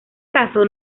caso